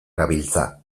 gabiltza